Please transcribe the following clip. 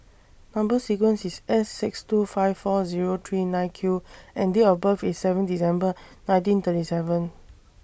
Number sequence IS S six two five four Zero three nine Q and Date of birth IS seven December nineteen thirty seven